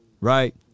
right